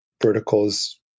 verticals